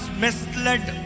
misled